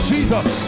Jesus